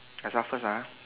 I start first ah